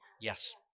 Yes